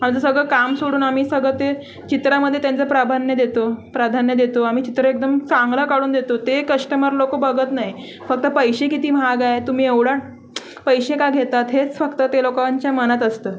आमचं सगळं काम सोडून आम्ही सगळं ते चित्रामधे त्यांचं प्राभान्य देतो प्राधान्य देतो आम्ही चित्र एकदम चांगला काढून देतो ते कष्टमर लोकं बघत नाही फक्त पैसे किती महाग आहे तुम्ही एवढा पैसे का घेतात हेच फक्त ते लोकांच्या मनात असतं